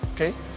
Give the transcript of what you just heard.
Okay